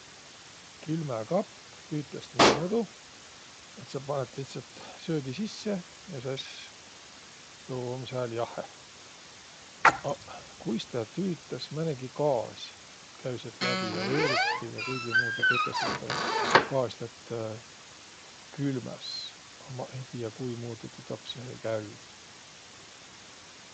Külmäkapp tüütäs niimuudu, et sa panõt lihtsält söögi sisse ja sõs tuu um sääl jahheh. Aq kuis tä tüütäs? Määnegi gaas käü säält läbi ja eelektriga kuigimuudu tetäs, et tuu gaas lätt külmäs. A maq ei tiiäq, kuimuudu tuu täpsähe käü.